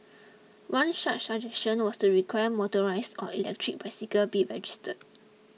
one such suggestion was to require motorised or electric bicycle be registered